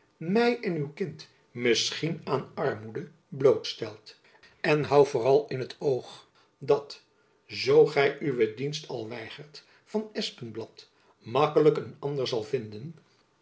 en uw kind misschien aan armoede bloot stelt en hou vooral in t oog dat zoo gy uwe dienst al weigert van espenblad gemakkelijk een ander zal vinden